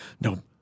no